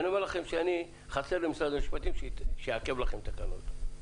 אני אומר לכם חסר למשרד המשפטים יעכב לכם תקנות.